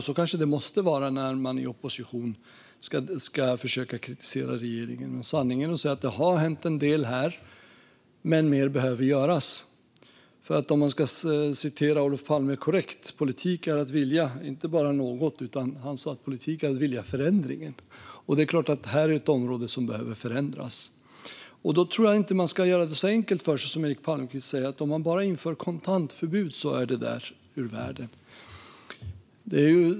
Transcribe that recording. Så kanske det måste vara när man i opposition ska försöka kritisera regeringen. Sanningen är att det har hänt en del här, men mer behöver göras. Om man ska citera Olof Palme korrekt sa han inte bara att politik är att vilja utan att "politik är att vilja förändringen". Här är ett område som behöver förändras. Jag tror inte att man ska göra det så enkelt för sig som Eric Palmqvist gör och säga att om man bara inför kontantförbud är det hela ur världen.